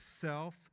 self